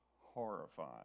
horrified